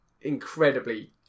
incredibly